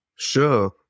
Sure